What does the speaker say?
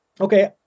okay